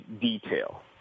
detail